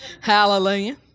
Hallelujah